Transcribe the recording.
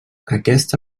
aquesta